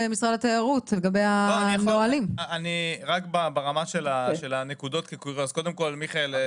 רק ברמה של --- מיכאל,